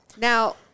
Now